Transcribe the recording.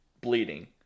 bleeding